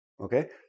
Okay